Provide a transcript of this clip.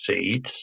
seeds